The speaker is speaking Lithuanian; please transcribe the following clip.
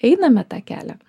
einame tą kelią